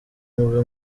mubi